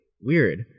weird